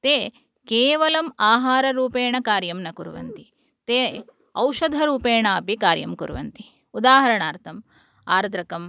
ते केवलम् आहाररूपेण कार्यं न कुर्वन्ति ते औषधरूपेणापि कार्यं कुर्वन्ति उदाहरणार्थम् आर्द्रकम्